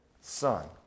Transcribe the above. son